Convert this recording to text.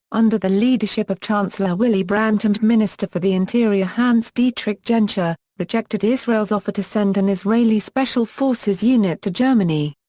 under the leadership of chancellor willy brandt and minister for the interior hans-dietrich genscher, rejected israel's offer to send an israeli special forces unit to germany.